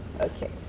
Okay